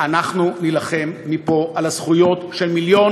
אנחנו נילחם מפה על הזכויות של מיליון